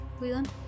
Leland